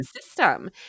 system